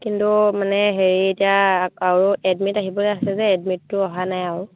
কিন্তু মানে হেৰি এতিয়া আৰু এডমিট আহিবলৈ আছে যে এডমিটটো অহা নাই আৰু